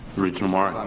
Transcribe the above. regent omari. um